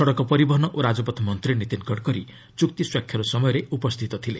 ସଡ଼କ ପରିବହନ ଓ ରାଜପଥ ମନ୍ତ୍ରୀ ନିତୀନ୍ ଗଡ଼କରୀ ଚୁକ୍ତି ସ୍ୱାକ୍ଷର ସମୟରେ ଉପସ୍ଥିତ ଥିଲେ